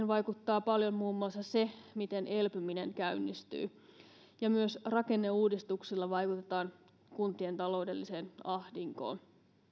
vaikuttaa paljon muun muassa se miten elpyminen käynnistyy ja myös rakenneuudistuksilla vaikutetaan kuntien taloudelliseen ahdinkoon